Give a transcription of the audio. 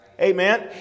Amen